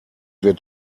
wird